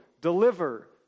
Deliver